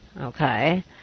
okay